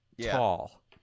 Tall